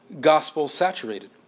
gospel-saturated